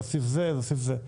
להוסיף זה וזה.